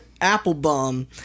Applebaum